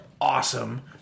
awesome